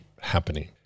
happening